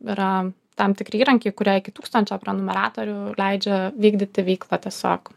yra tam tikri įrankiai kurie iki tūkstančio prenumeratorių leidžia vykdyti veiklą tiesiog